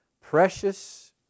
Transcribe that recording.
precious